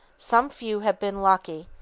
some few have been lucky,